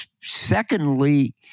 secondly